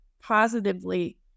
positively